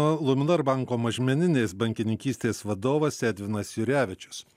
luminor banko mažmeninės bankininkystės vadovas edvinas jurevičius